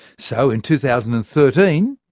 so in two thousand and thirteen,